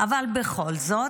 אבל בכל זאת,